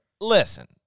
Listen